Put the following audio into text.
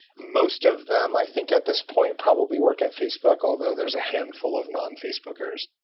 most of them, i think at this point, probably work at facebook, although there's a handful of non-facebookers.